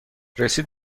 رسید